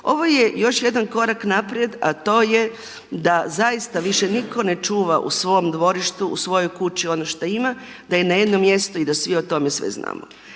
Ovo je još jedan korak naprijed a to je da zaista više nitko ne čuva u svom dvorištu, u svojoj kući ono što ima, da je na jednom mjestu i da svi o tome sve znamo.